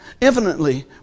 infinitely